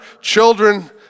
children